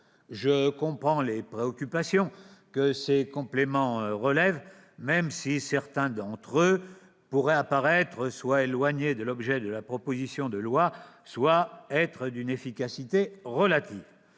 Je comprends les préoccupations que ces compléments traduisent, même si certains d'entre eux pourraient soit paraître éloignés de l'objet de la proposition de loi, soit être d'une efficacité relative.